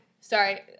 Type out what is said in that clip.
Sorry